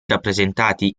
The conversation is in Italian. rappresentati